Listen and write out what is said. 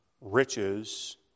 riches